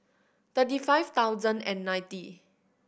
thirty five thousand and ninety